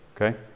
okay